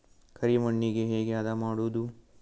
ಕರಿ ಮಣ್ಣಗೆ ಹೇಗೆ ಹದಾ ಮಾಡುದು?